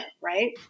Right